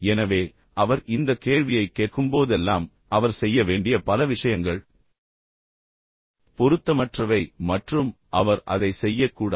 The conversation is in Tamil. எனவே அவர் இந்த கேள்வியைக் கேட்கும்போதெல்லாம் அவர் செய்ய வேண்டிய பல விஷயங்கள் உண்மையில் பொருத்தமற்றவை மற்றும் அவர் அதைச் செய்யக்கூடாது